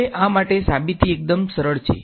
હવે આ માટે સાબીતી એકદમ સરળ છે